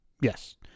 Yes